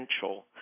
potential